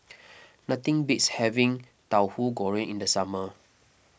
nothing beats having Tauhu Goreng in the summer